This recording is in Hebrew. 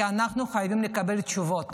כי אנחנו חייבים לקבל תשובות.